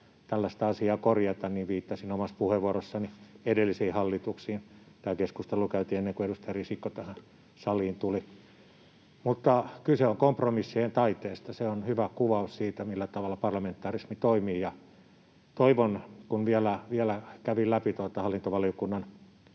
tällaista asiaa korjata, ja viittasin omassa puheenvuorossani edellisiin hallituksiin. Tämä keskustelu käytiin ennen kuin edustaja Risikko tähän saliin tuli. Mutta kyse on kompromissien taiteesta. Se on hyvä kuvaus siitä, millä tavalla parlamentarismi toimii. Kävin vielä läpi tuota hallintovaliokunnan